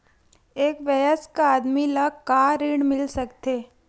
एक वयस्क आदमी ल का ऋण मिल सकथे?